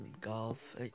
golf